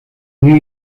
new